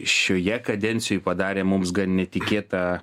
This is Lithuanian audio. šioje kadencijoj padarė mums gan netikėtą